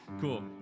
cool